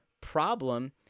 problem